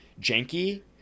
janky